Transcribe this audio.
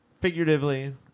figuratively